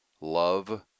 love